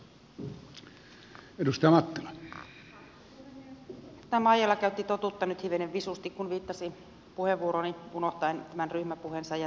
edustaja maijala käytti totuutta nyt hivenen visusti kun viittasi puheenvuorooni unohtaen tämän ryhmäpuheensa